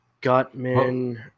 Gutman